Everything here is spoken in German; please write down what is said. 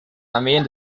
armeen